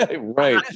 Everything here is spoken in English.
Right